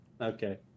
Okay